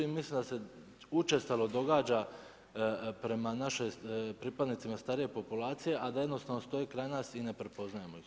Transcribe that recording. I mislim da se učestalo događa prema našim pripadnicima starije populacije, a da jednostavno stoji kraj nas i ne prepoznajemo ih.